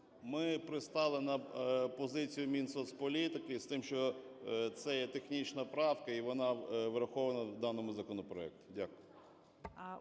ми пристали на позицію Мінсоцполітики з тим, що це є технічна правка, і вона врахована в даному законопроекті. Дякую.